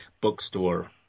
bookstore